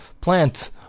plant